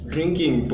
Drinking